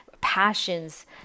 passions